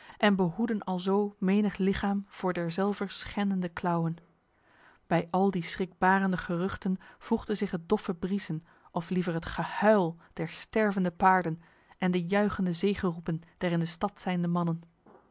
en behoedden alzo menig lichaam voor derzelver schendende klauwen bij al die schrikbarende geruchten voegde zich het doffe briesen of liever het gehuil der stervende paarden en de juichende zegeroepen der in de stad zijnde mannen